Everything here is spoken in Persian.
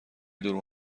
دوربین